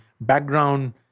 background